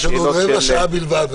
יש לנו עוד רבע שעה בלבד.